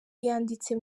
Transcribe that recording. yanditse